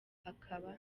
akaba